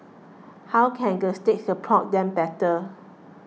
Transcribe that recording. how can the state support them better